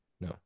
No